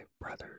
brothers